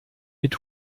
mit